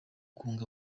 kunga